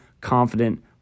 confident